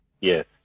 Yes